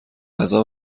غذا